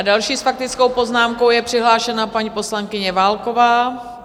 Další s faktickou poznámkou je přihlášena paní poslankyně Válková.